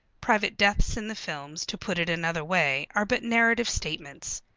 private deaths in the films, to put it another way, are but narrative statements.